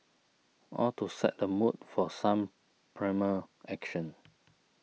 all to set the mood for some primal action